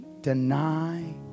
deny